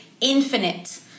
Infinite